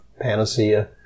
panacea